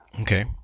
Okay